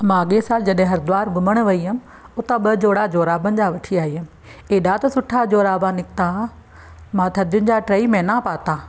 मां अॻे सालु जॾहिं हरिद्वार घुमणु वई हुअमि हुतां ॿ जोड़ा जुराबनि जा वठी आई हुअमि एॾा त सुठा जोराबा निकिता हुआ मां थधियुनि जा टेई महिना पाता